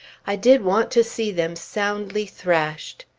i did want to see them soundly thrashed!